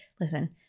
listen